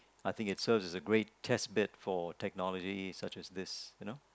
I think it serves as a great test bed for technology such as this you know